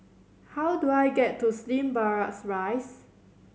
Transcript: how do I get to Slim Barracks Rise